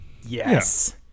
yes